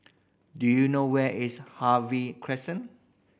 do you know where is Harvey Crescent